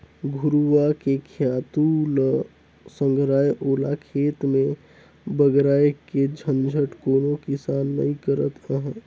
घुरूवा के खातू ल संघराय ओला खेत में बगराय के झंझट कोनो किसान नइ करत अंहे